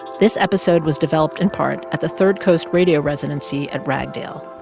this episode was developed in part at the third coast radio residency at ragdale.